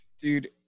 Dude